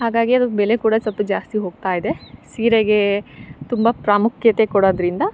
ಹಾಗಾಗಿ ಅದಕ್ಕೆ ಬೆಲೆ ಕೂಡ ಸ್ವಲ್ಪ ಜಾಸ್ತಿ ಹೋಗ್ತಾಯಿದೆ ಸೀರೆಗೆ ತುಂಬ ಪ್ರಾಮುಖ್ಯತೆ ಕೊಡೋದರಿಂದ